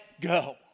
go